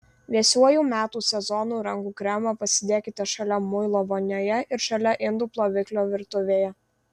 vėsiuoju metų sezonu rankų kremą pasidėkite šalia muilo vonioje ir šalia indų ploviklio virtuvėje